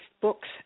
books